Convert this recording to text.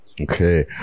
Okay